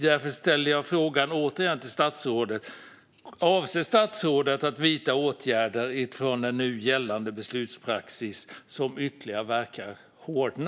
Därför ställer jag frågan återigen till statsrådet: Avser statsrådet att vidta åtgärder från nu gällande beslutspraxis, som ytterligare verkar hårdna?